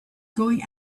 going